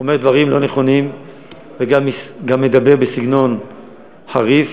אומר דברים לא נכונים וגם מדבר בסגנון חריף,